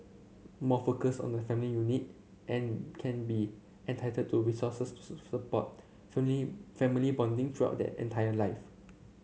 more focus on the family unit and can be entitled to resources to support family bonding throughout their entire life